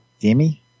Demi